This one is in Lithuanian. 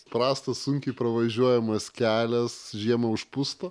prastas sunkiai pravažiuojamas kelias žiemą užpusto